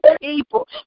people